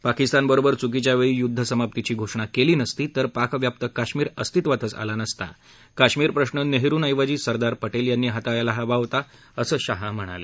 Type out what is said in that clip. पाकिस्तानबरोबर चुकीच्या वेळी युद्धसमाप्तीची घोषणा केली नसती तर पाकव्याप्त कश्मीर अस्तित्वातचं आला नसता कश्मीर प्रश्न नेहरुंऐवजी सरदार पटेल यांनी हाताळायला हवा होता असं शाह म्हणाले